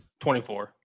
24